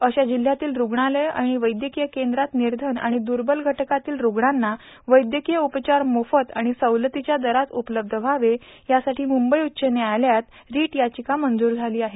अशा जिल्ह्यातील रूग्णालय आणि वैद्यकीय केंद्रात निर्धन आणि दुर्बल घटकातील रूग्णांना वैद्यकीय उपचार मोफत आणि सवलतीच्या दरात उपलब्ध व्हावे यासाठी मुंबई उच्च न्यायालयात रिट याचिका मंजूर झाली आहे